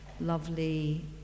lovely